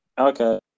Okay